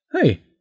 hey